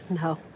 No